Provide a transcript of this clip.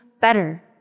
better